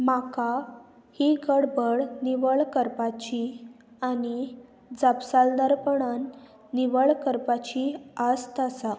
म्हाका ही गडबड निवळ करपाची आनी जपसालदारपणान निवळ करपाची आस्त आसा